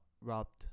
robbed